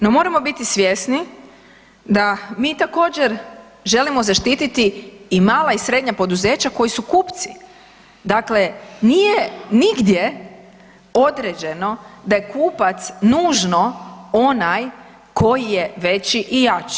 No moramo biti svjesni da mi također želimo zaštititi i mala i srednja poduzeća koji su kupci, dakle nije nigdje određeno da je kupac nužno onaj koji je veći i jači.